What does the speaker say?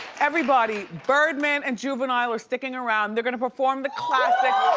everybody, birdman and juvenile are sticking around, they're gonna perform the classic,